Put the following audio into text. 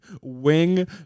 wing